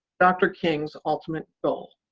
dr. king's ultimate goal.